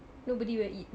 nobody will eat